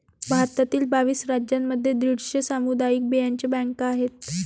भारतातील बावीस राज्यांमध्ये दीडशे सामुदायिक बियांचे बँका आहेत